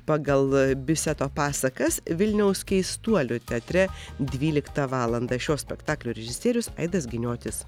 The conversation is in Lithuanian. pagal biseto pasakas vilniaus keistuolių teatre dvyliktą valandą šio spektaklio režisierius aidas giniotis